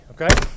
Okay